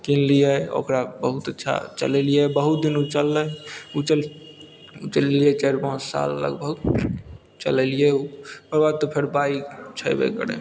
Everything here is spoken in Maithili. कीनलियै ओकरा बहुत अच्छा चलेलियै बहुत दिन उ चललय उ चल चलेलियै चारि पाँच साल लगभग चलेलियै उ ओकर बाद तऽ फेर बाइक छेबे करय